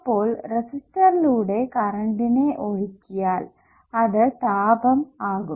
അപ്പോൾ റെസിസ്റ്ററിലൂടെ കറണ്ടിനെ ഒഴുക്കിയാൽ അത് താപം ആകും